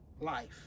life